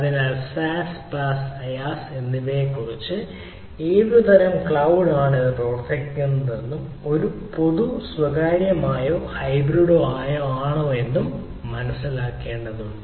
അതിനാൽ SaaS PaaS IaaS എന്തിനെക്കുറിച്ചാണെന്നും ഏത് തരം ക്ലൌഡാണ് ഇത് പ്രവർത്തിക്കുന്നതെന്നും ഒരു പൊതു സ്വകാര്യമോ ഹൈബ്രിഡോ ആണോ എന്ന് മനസിലാക്കേണ്ടതുണ്ട്